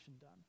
done